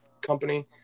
company